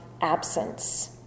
absence